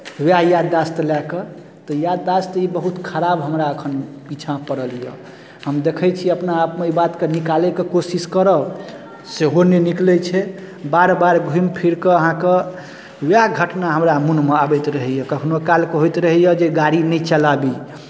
उएह याददाश्त लए कऽ तऽ याददाश्त ई बहुत खराब हमरा एखन पीछाँ पड़ल यए हम देखै छियै अपना आपमे ई बातकेँ निकालैके कोशिश करब सेहो नहि निकलै छै बार बार घूमि फिरि कऽ अहाँके उएह घटना हमरा मोनमे आबैत रहैए कखनो कालकेँ होइत रहैए जे गाड़ी नहि चलाबी